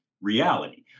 reality